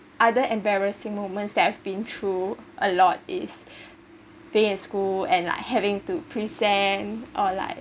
other embarrassing moments that have been through a lot is via school and like having to present or like